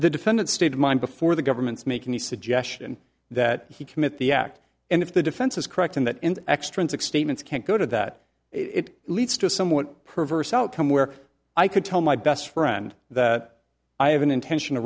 the defendant's state of mind before the government's making the suggestion that he commit the act and if the defense is correct in that and extrinsic statements can't go to that it leads to a somewhat perverse outcome where i could tell my best friend that i have an intention to